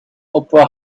opera